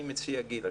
גילה,